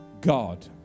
God